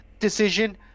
Decision